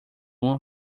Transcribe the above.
uma